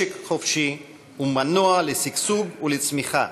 משק חופשי הוא מנוע לשגשוג ולצמיחה,